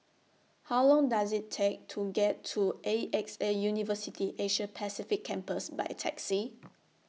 How Long Does IT Take to get to A X A University Asia Pacific Campus By Taxi